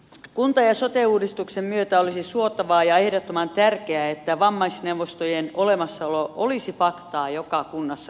kunta ja sote uudistuksen myötä olisi suotavaa ja ehdottoman tärkeää että vammaisneuvostojen olemassaolo olisi faktaa joka kunnassa suomessa